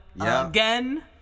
again